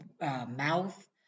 mouth